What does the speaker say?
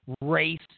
race